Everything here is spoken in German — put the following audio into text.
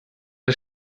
das